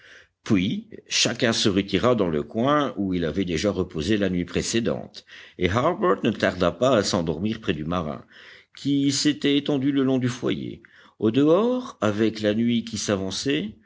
puis chacun se retira dans le coin où il avait déjà reposé la nuit précédente et harbert ne tarda pas à s'endormir près du marin qui s'était étendu le long du foyer au dehors avec la nuit qui s'avançait